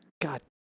God